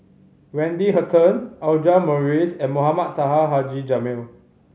Wendy Hutton Audra Morrice and Mohamed Taha Haji Jamil